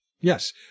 Yes